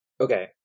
Okay